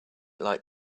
like